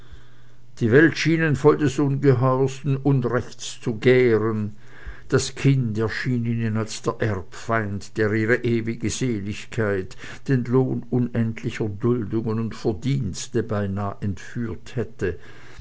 die welt schien ihnen voll des ungeheuersten unrechtes zu gären das kind erschien ihnen als der erbfeind der ihre ewige seligkeit den lohn unendlicher duldungen und verdienste beinah entführt hätte